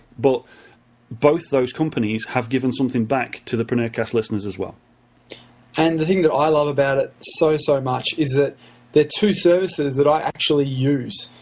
but both those companies have given something back to the preneurcast listeners as well. pete and the thing that i love about it so, so much is that they're two services that i actually use.